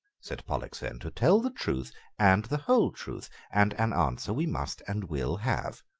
said pollexfen, to tell the truth and the whole truth and an answer we must and will have.